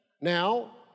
Now